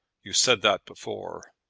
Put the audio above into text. you said that before.